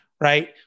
right